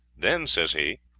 then, says he,